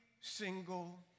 single